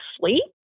sleep